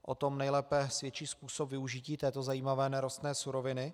O tom nejlépe svědčí způsob využití této zajímavé nerostné suroviny.